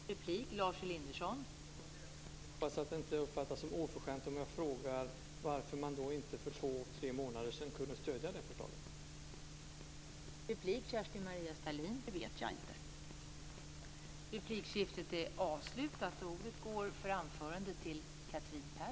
Fru talman! Det var glädjande. Jag hoppas att det inte uppfattas som oförskämt om jag frågar varför man inte kunde stödja det förslaget för två tre månader sedan.